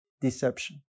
deception